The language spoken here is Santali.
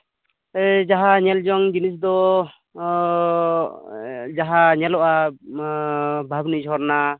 ᱨᱮ ᱡᱟᱦᱟᱸ ᱧᱮᱞ ᱡᱚᱝ ᱡᱤᱱᱤᱥ ᱫᱚ ᱡᱟᱦᱟᱸ ᱧᱮᱞᱚᱜᱼᱟ ᱵᱷᱟᱵᱱᱤ ᱡᱷᱚᱨᱱᱟ